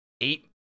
eight